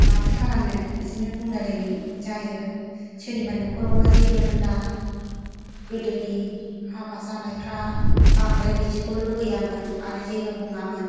माथो खालामनो बिदिनो बुंलाय लायनाय जायो सोरनिबा न'खरावबा जेबो होनला गोदोनि हाबा जानायफ्रा बांद्राय बिदिखौ लुबैयामोन आरो जेबो बुङामोन